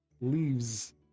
leaves